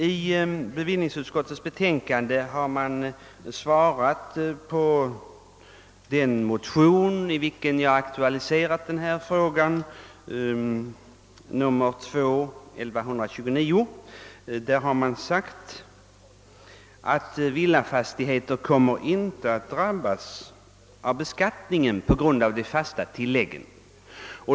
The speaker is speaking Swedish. I förevarande betänkande har bevillningsutskottet bl.a. behandlat motionen II: 1129, i vilken jag har aktualiserat den fråga jag nu berört. Utskottet skriver att villafastigheter inte kommer att drabbas av beskattningen på grund av de fasta tilläggen.